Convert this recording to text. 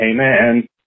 amen